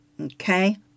okay